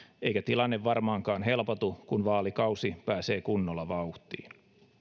eikä tilanne varmaankaan helpotu kun vaalikausi pääsee kunnolla vauhtiin